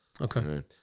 okay